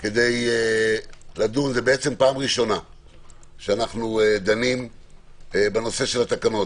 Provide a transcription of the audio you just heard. כדי לדון זו פעם ראשונה שאנו דנים בנושא התקנות.